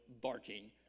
barking